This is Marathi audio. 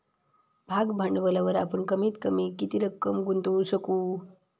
भाग भांडवलावर आपण कमीत कमी किती रक्कम गुंतवू शकू?